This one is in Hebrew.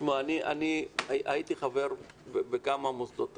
אני הייתי חבר בכמה מוסדות תרבות,